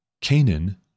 Canaan